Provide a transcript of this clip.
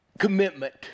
Commitment